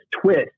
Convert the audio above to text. twist